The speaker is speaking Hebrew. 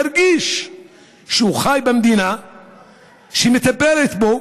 ירגיש שהוא חי במדינה שמטפלת בו